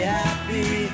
happy